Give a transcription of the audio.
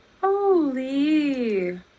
holy